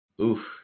Oof